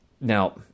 Now